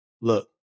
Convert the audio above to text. Look